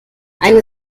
eine